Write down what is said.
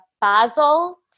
basil